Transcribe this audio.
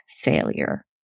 failure